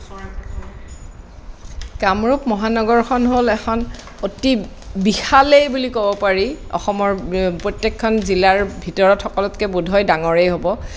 কামৰূপ মহানগৰখন হ'ল এখন অতি বিশালেই বুলি ক'ব পাৰি অসমৰ প্ৰত্যেকখন জিলাৰ ভিতৰত সকলোতকৈ বোধহয় ডাঙৰেই হ'ব